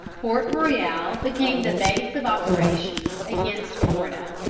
port royal became the base of operations against florida,